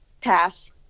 Pass